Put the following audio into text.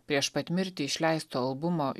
prieš pat mirtį išleisto albumo